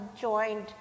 joined